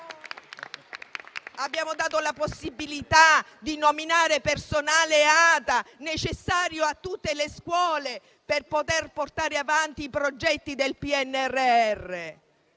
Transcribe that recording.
Abbiamo dato la possibilità di nominare personale ATA necessario a tutte le scuole per poter portare avanti i progetti del PNRR.